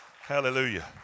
Hallelujah